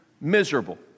miserable